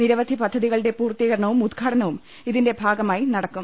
നിരവധി പദ്ധതികളുടെ പൂർത്തീക രണവും ഉദ്ഘാടനവും ഇതിന്റെ ഭാഗമായി നടക്കും